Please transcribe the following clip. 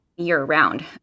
year-round